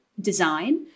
design